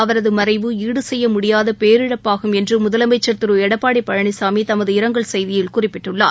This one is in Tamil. அவரது மறைவு ஈடுசெய்யமுடியாத பேரிழப்பாகும் என்று முதலமைச்சர் திரு எடப்பாடி பழனிசாமி தமது இரங்கல் செய்தியில் குறிப்பிட்டுள்ளார்